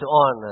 on